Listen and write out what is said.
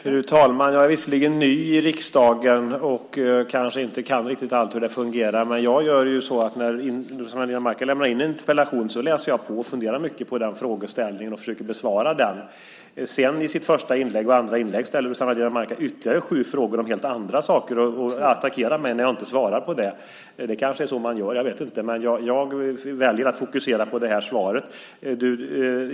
Fru talman! Jag är visserligen ny i riksdagen och kanske inte vet hur allt fungerar, men när Rossana Dinamarca lämnar in en interpellation läser jag på och funderar mycket på frågeställningen och försöker besvara den. I sitt första och andra inlägg ställer sedan Rossana Dinamarca ytterligare sju frågor om helt andra saker och attackerar mig när jag inte svarar på dem. Det kanske är så man gör, men jag väljer att fokusera på svaret.